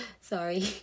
sorry